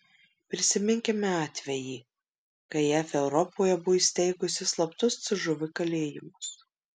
prisiminkime atvejį kai jav europoje buvo įsteigusi slaptus cžv kalėjimus